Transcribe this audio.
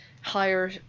higher